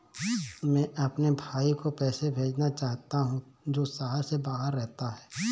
मैं अपने भाई को पैसे भेजना चाहता हूँ जो शहर से बाहर रहता है